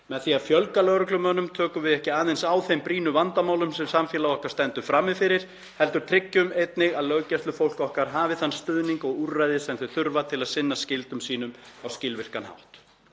Með því að fjölga lögreglumönnum tökum við ekki aðeins á þeim brýnu vandamálum sem samfélag okkar stendur frammi fyrir heldur tryggjum einnig að löggæslufólk okkar hafi þann stuðning og þau úrræði sem þau þurfa til að sinna skyldum sínum á skilvirkan hátt.